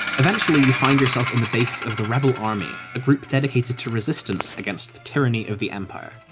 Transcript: eventually, you find yourself in the base of the rebel army, a group dedicated to resistance against the tyranny of the empire,